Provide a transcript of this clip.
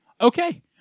Okay